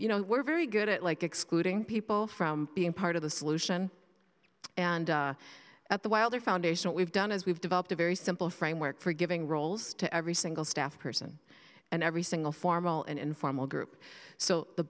you know we're very good at like excluding people from being part of the solution and at the wilder foundation we've done is we've developed a very simple framework for giving roles to every single staff person and every single formal and informal group so the